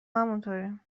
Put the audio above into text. همونطوریم